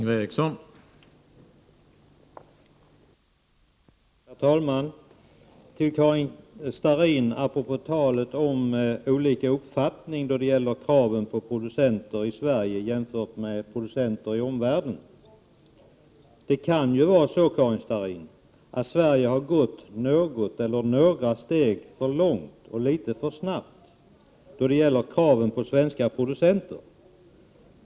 Herr talman! Jag vill bemöta Karin Starrin apropå talet om olika uppfattning när det gäller kraven på producenter i Sverige jämfört med kraven på producenter i omvärlden. Det kan ju vara så, Karin Starrin, att Sverige har gått något eller några steg för långt, och litet för snabbt, när det gäller kraven på svenska producenter.